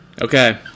Okay